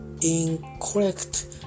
incorrect